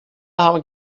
haben